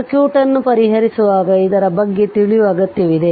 circuit ಅನ್ನು ಪರಿಹರಿಸುವಾಗ ಇದರ ಬಗ್ಗೆ ತಿಳಿಯುವ ಅಗತ್ಯವಿದೆ